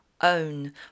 own